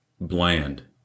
bland